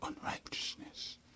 unrighteousness